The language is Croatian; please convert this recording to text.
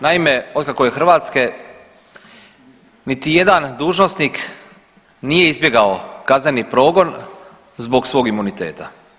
Naime, otkako je Hrvatske niti jedan dužnosnik nije izbjegao kazneni progon zbog svog imuniteta.